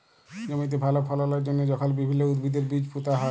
জমিতে ভাল ফললের জ্যনহে যখল বিভিল্ল্য উদ্ভিদের বীজ পুঁতা হ্যয়